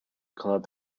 club